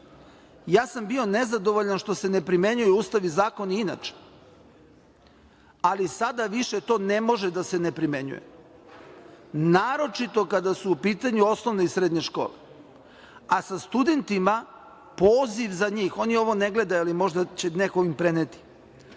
Ja sam bio nezadovoljan što se ne primenjuju Ustav i zakon inače, ali sada više to ne može da se ne primenjuje, a naročito kada su u pitanju osnovne i srednje škole, a sa studentima, poziv za njih, oni ovo ne gledaju, ali možda će im neko preneti